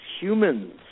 humans